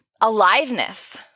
aliveness